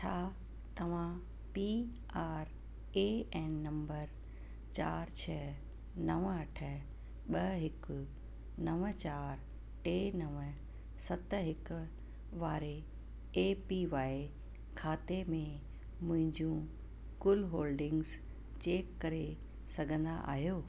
हा तव्हां P R A N number चारि छह नव अठ ॿ हिकु नव चारि टे नव सत हिकु वारे ए पी वाए खाते में मुंहिंजो कुल होल्डिंग्स चैक करे सघंदा आयो